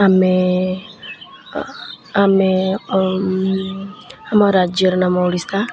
ଆମେ ଆମେ ଆମ ରାଜ୍ୟ ର ନାମ ଓଡ଼ିଶା